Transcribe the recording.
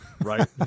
right